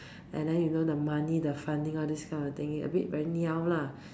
and then you know the money the funding all these kind of thing a bit very niao lah